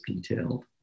detailed